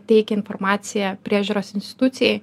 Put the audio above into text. teikia informaciją priežiūros institucijai